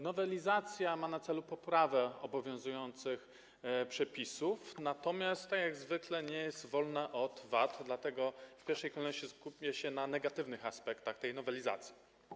Nowelizacja ma na celu poprawę obowiązujących przepisów, natomiast tak jak zwykle nie jest wolna od wad, dlatego w pierwszej kolejności skupię się na negatywnych aspektach tej nowelizacji.